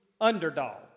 underdog